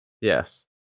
Yes